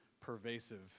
pervasive